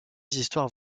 histoires